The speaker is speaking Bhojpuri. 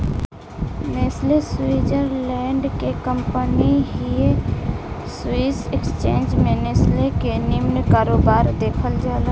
नेस्ले स्वीटजरलैंड के कंपनी हिय स्विस एक्सचेंज में नेस्ले के निमन कारोबार देखल जाला